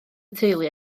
teulu